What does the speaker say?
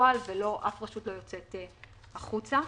רשות לא יוצאת החוצה.